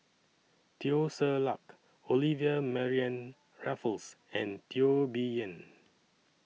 Teo Ser Luck Olivia Mariamne Raffles and Teo Bee Yen